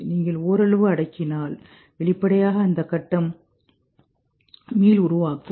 நீங்கள் ஓரளவு அடக்கினால் வெளிப்படையாக அந்த கட்டம் மீளுருவாக்கம்